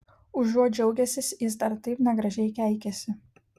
užuot džiaugęsis jis dar taip negražiai keikiasi